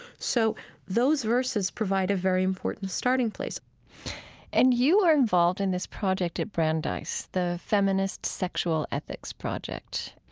so those verses provide a very important starting place and you were involved in this project at brandeis, the feminist sexual ethics project.